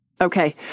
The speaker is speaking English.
Okay